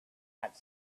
had